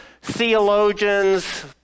theologians